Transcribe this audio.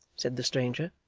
said the stranger.